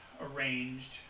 arranged